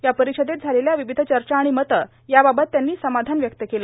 या परिषदेत झालेल्या विविध चर्चा आणि मतं याबाबत त्यांनी समाधान व्यक्त केलं